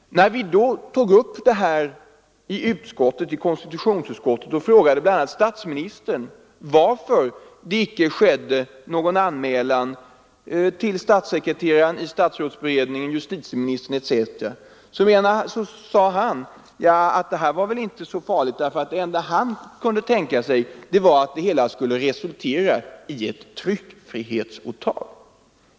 När frågan togs upp i konstitutionsutskottet tillfrågades bl.a. statsministern varför det icke gjordes någon anmälan till statssekreteraren i statsrådsberedningen, till justitieministern etc. Han sade att han inte ansett saken vara så farlig. Det enda han kunde tänka sig var att det hela skulle resultera i ett tryckfrihetsåtal.